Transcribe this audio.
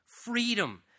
freedom